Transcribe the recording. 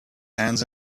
hands